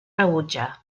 rebutjar